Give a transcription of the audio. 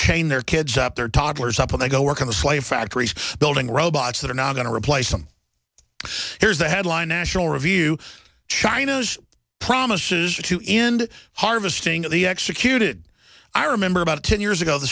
chain their kids up their toddlers up when they go work in the slave factories building robots that are now going to replace them here's the headline national review china's promises to end harvesting of the executed i remember about ten years ago the